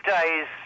days